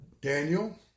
Daniel